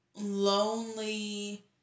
lonely